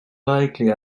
likely